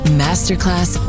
masterclass